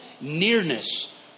nearness